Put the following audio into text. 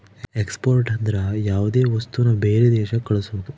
export ಅಂದ್ರ ಯಾವ್ದೇ ವಸ್ತುನ ಬೇರೆ ದೇಶಕ್ ಕಳ್ಸೋದು